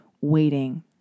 waiting